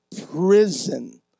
prison